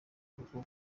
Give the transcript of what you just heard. kuko